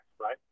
Right